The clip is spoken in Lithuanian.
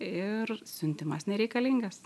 ir siuntimas nereikalingas